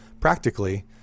practically